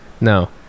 No